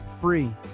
free